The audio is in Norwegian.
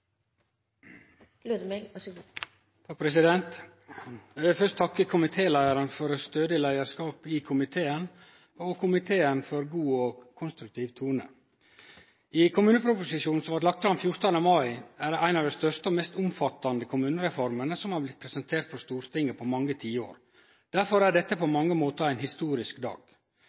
først takke komitéleiaren for stødig leiarskap i komiteen, og komiteen for ein god og konstruktiv tone. Kommuneproposisjonen som blei lagd fram den 14. mai, er ein av dei største og mest omfattande kommunereformene som har blitt presentert for Stortinget på mange tiår. Derfor er dette på mange måtar ein historisk dag.